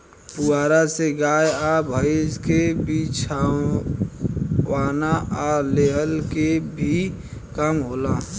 पुआरा से गाय आ भईस के बिछवाना आ लेहन के भी काम होला